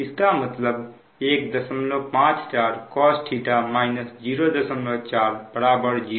इसका मतलब 154 cos 04 0